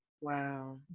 wow